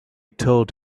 told